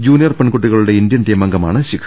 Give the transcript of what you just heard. junior പെൺകുട്ടികളുടെ Indian ടീമംഗമാണ് ശിഖ